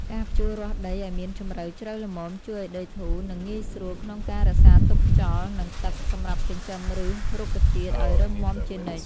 ការភ្ជួររាស់ដីឱ្យមានជម្រៅជ្រៅល្មមជួយឱ្យដីធូរ និងងាយស្រួលក្នុងការរក្សាទុកខ្យល់ និងទឹកសម្រាប់ចិញ្ចឹមឫសរុក្ខជាតិឱ្យរឹងមាំជានិច្ច។